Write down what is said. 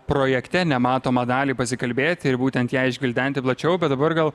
projekte nematomą dalį pasikalbėti ir būtent ją išgvildenti plačiau bet dabar gal